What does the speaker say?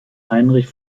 heinrich